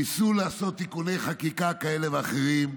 ניסו לעשות תיקוני חקיקה כאלה ואחרים,